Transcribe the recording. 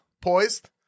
poised